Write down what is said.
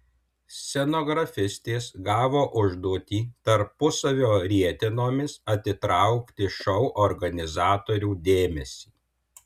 stenografistės gavo užduotį tarpusavio rietenomis atitraukti šou organizatorių dėmesį